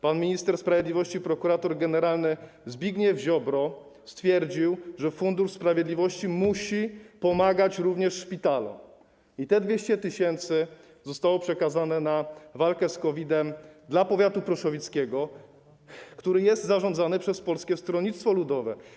Pan minister sprawiedliwości - prokurator generalny Zbigniew Ziobro stwierdził, że Fundusz Sprawiedliwości musi pomagać również szpitalom, i te 200 tys. zostało przekazane na walkę z COVID-em powiatowi proszowickiemu, który jest zarządzany przez Polskie Stronnictwo Ludowe.